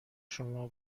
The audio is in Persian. شما